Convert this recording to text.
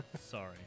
Sorry